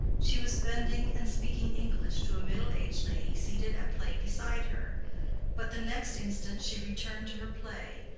she was bending and speaking english to a middle-aged lady seated at play beside her but the next instant she returned to her play,